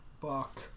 Fuck